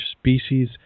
species